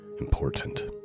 important